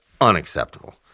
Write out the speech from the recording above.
unacceptable